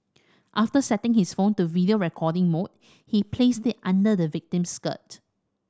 after setting his phone to video recording mode he placed it under the victim's skirt